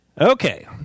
okay